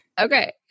Okay